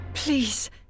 Please